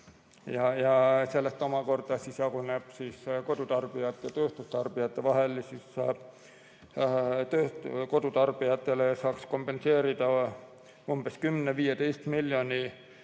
ja see omakorda jaguneb kodutarbijate ja tööstustarbijate vahel, siis kodutarbijatele saaks kompenseerida 10–15 miljoni